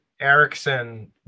Erickson